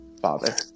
father